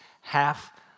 half